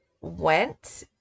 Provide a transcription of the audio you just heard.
went